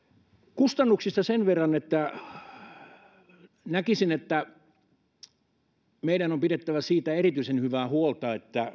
kustannuksista sen verran näkisin että meidän on pidettävä erityisen hyvää huolta siitä että